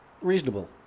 Reasonable